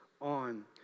on